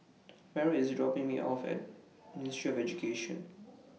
Mearl IS dropping Me off At Ministry of Education